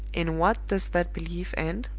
in what does that belief end?